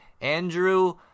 Andrew